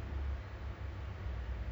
I kerja I_T